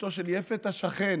לאשתו של יפת השכן